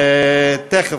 תכף.